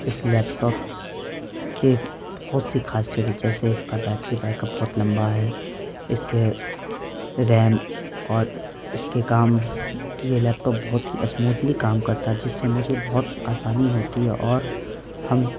اس laptop کے بہت سی خاصیت ہے جیسے اس کا بیٹری بیک اپ بہت لمبا ہے اس کے ریم اور اس کے کام یہ لیپ ٹاپ بہت ہی اسموتھلی کام کرتا ہے جس سے مجھے بہت آسانی ہوتی ہے اور ہم